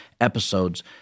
episodes